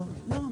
לא.